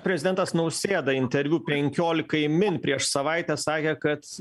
prezidentas nausėda interviu penkiolikai min prieš savaitę sakė kad